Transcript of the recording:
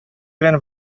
белән